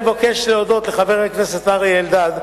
אני מבקש להודות לחבר הכנסת אריה אלדד,